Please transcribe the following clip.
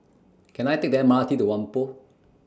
Can I Take The M R T to Whampoa